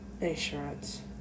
insurance